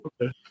Okay